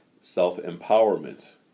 self-empowerment